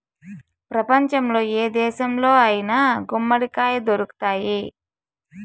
ప్రపంచంలో ఏ దేశంలో అయినా గుమ్మడికాయ దొరుకుతాయి